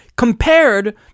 Compared